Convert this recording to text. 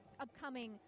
upcoming